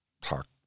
talk